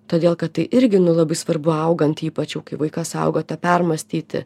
todėl kad tai irgi nu labai svarbu augant ypač jau kai vaikas auga tą permąstyti